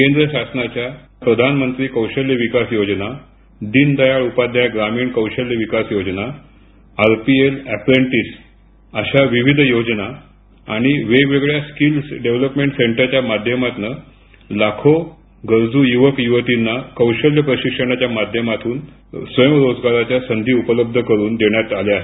केंद्र शासनाच्या प्रधानमंत्री कौशल्य विकास योजना दिन दयाळ उपाध्याय ग्रामीण कौशल्य विकास योजना आरपीएल अप्रेन्टिस अशा विविध योजना आणि वेगवेगळ्या स्किल डेव्हलपमेंट सेंटरच्या माध्यमातून लाखो गरजू यूवक यूवतींना कौशल्य प्रशिक्षणाच्या माध्यमातून स्वयंरोजगाराच्या संधी उपलब्ध करून देण्यात आल्या आहेत